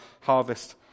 harvest